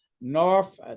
North